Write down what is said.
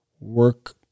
work